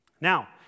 Now